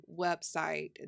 website